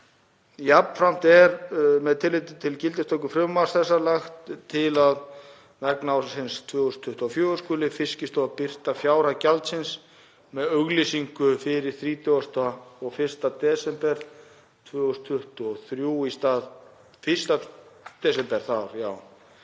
Jafnframt er, með tilliti til gildistöku frumvarps þessa, lagt til að vegna ársins 2024 skuli Fiskistofa birta fjárhæð gjaldsins með auglýsingu fyrir 31. desember 2023 í stað 1. desember það ár.